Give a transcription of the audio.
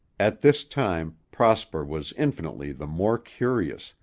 at this time prosper was infinitely the more curious,